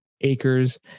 acres